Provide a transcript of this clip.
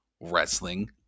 wrestling